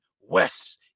wes